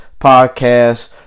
podcast